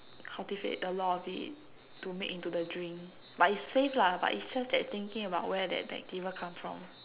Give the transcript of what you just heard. cultivate a lot of it to make into the drink but it's safe lah but it's just that thinking about where that bacteria come from